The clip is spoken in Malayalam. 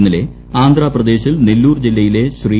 ഇന്നലെ ആന്ധ്രാപ്രദേശിൽ നെല്ലൂർ ജില്ലയിലെ ശ്രീ